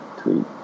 tweet